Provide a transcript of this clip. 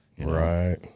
Right